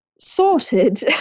sorted